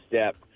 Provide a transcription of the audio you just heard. step